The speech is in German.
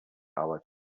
arbeit